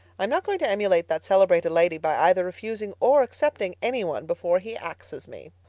i am not going to emulate that celebrated lady by either refusing or accepting any one before he axes me.